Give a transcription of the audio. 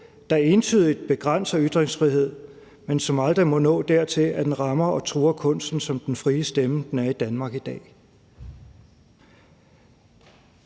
der entydigt begrænser ytringsfrihed, men som aldrig må nå dertil, at det rammer og truer kunsten som den frie stemme, den er i Danmark i dag.